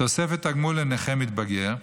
תוספת תגמול לנכה מתבגר,